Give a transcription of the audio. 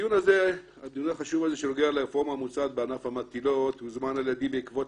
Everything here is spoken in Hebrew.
הדיון החשוב הזה שנוגע לענף המטילות הוזמן על ידי בעקבות